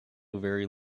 very